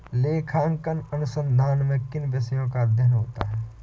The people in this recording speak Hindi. लेखांकन अनुसंधान में किन विषयों का अध्ययन होता है?